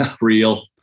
Real